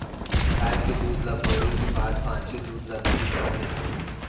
गाय के दूद ल बउरे के बाद बॉंचे दूद ल दही बना देथे